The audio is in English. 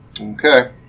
Okay